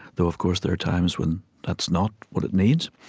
though of course there are times when that's not what it needs.